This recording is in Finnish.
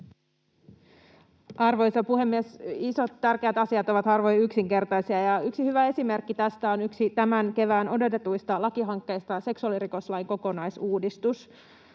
Arvoisa puhemies! Isot, tärkeät asiat ovat harvoin yksinkertaisia, ja yksi hyvä esimerkki tästä on yksi tämän kevään odotetuista lakihankkeista: seksuaalirikoslain kokonaisuudistus.